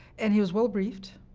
and he was well-briefed,